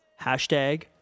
hashtag